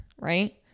right